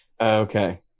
Okay